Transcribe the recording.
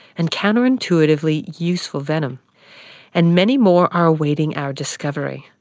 and counterintuitively useful venom and many more are awaiting our discovery.